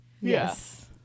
Yes